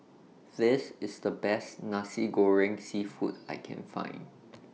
This IS The Best Nasi Goreng Seafood that I Can Find